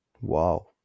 Wow